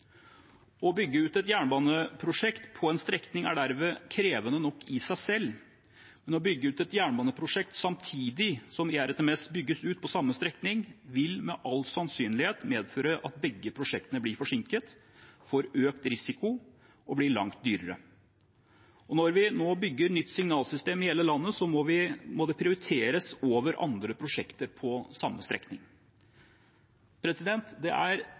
Å bygge ut et jernbaneprosjekt på en strekning er derved krevende nok i seg selv, men å bygge ut et jernbaneprosjekt samtidig som ERTMS bygges ut på samme strekning, vil med all sannsynlighet medføre at begge prosjektene blir forsinket, får økt risiko og blir langt dyrere. Når vi nå bygger nytt signalsystem i hele landet, må det prioriteres over andre prosjekter på samme strekning. Det er